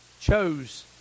chose